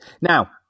now